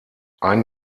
ein